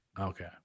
Okay